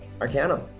Arcanum